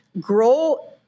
Grow